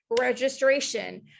registration